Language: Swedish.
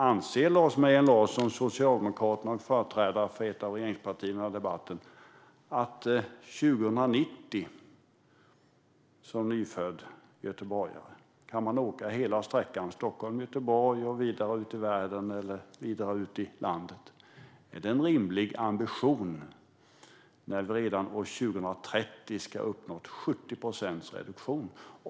Anser Lars Mejern Larsson, företrädare för Socialdemokraterna, ett av regeringspartierna, i debatten, att det är en rimlig ambition att en nu nyfödd göteborgare år 2090 ska kunna åka hela sträckan Stockholm-Göteborg och vidare ut i världen eller landet, när vi redan år 2030 ska ha uppnått 70 procents reduktion?